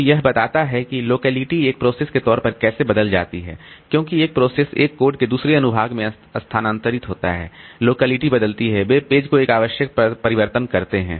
तो यह बताता है कि यह लोकेलिटी एक प्रोसेस के तौर पर कैसे बदल जाती है क्योंकि एक प्रोसेस एक कोड के दूसरे अनुभाग में स्थानांतरित होती है लोकेलिटी बदलती है वे पेज जो एक आवश्यक परिवर्तन करते हैं